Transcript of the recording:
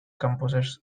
composers